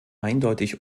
eindeutig